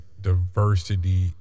diversity